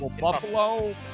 Buffalo –